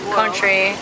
country